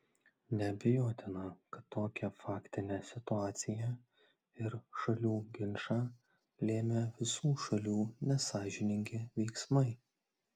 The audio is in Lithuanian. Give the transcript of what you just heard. neabejotina kad tokią faktinę situaciją ir šalių ginčą lėmė visų šalių nesąžiningi veiksmai